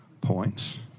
points